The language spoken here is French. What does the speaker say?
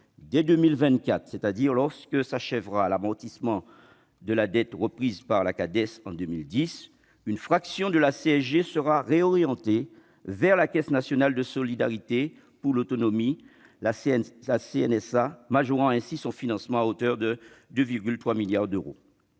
Dès 2024, date à laquelle s'achèvera l'amortissement de la dette reprise par la Cades en 2010, une fraction de la CSG sera réorientée vers la Caisse nationale de solidarité pour l'autonomie, la CNSA, majorant ainsi son financement à hauteur de 2,3 milliards d'euros.